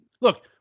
look